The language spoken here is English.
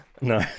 no